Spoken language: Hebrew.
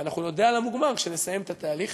ואנחנו נודה על המוגמר כשנסיים את התהליך.